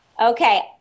Okay